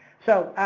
so,